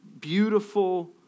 beautiful